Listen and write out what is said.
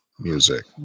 Music